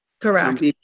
Correct